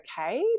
okay